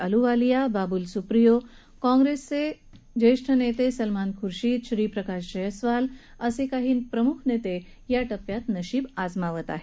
अहलुवालिया बाबुल सुप्रियो काँग्रेसचे सलमान खुशिंद श्रीप्रकाश जायस्वाल असे काही प्रमुख नेते या टप्प्यात नशीब आजमावत आहेत